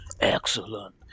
excellent